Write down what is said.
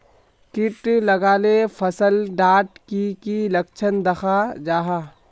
किट लगाले फसल डात की की लक्षण दखा जहा?